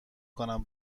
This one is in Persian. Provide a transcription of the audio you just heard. کنم